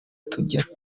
tujya